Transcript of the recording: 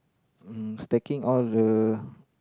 um stacking all the